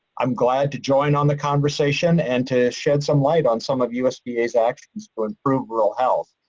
i'm glad to join on the conversation and to shed some light on some of usda's actions to improve rural health.